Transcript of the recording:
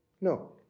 No